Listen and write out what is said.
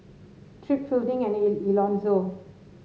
Tripp Fielding and E Elonzo